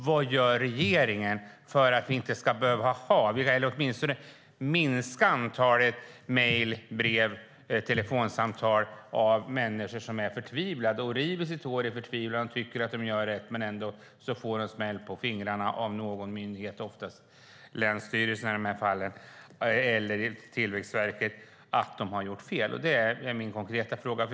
Vad gör regeringen för att det åtminstone ska bli ett minskat antal mejl, brev och telefonsamtal från människor som i förtvivlan river sitt hår? De tycker att de gör rätt. Ändå får de smäll på fingrarna av någon myndighet, oftast av länsstyrelsen i de här fallen eller av Tillväxtverket, för att de gjort fel. Detta är min konkreta fråga.